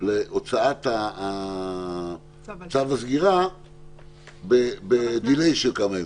להוצאת צו הסגירה ב-delay של כמה ימים.